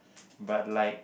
but like